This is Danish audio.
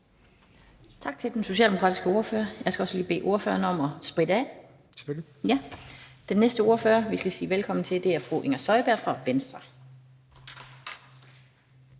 Tak til den socialdemokratiske ordfører. Jeg skal lige bede ordføreren om at spritte af. Den næste ordfører, vi skal sige velkommen til, er fru Inger Støjberg fra Venstre.